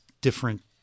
different